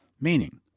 Meaning